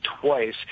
twice